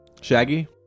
Shaggy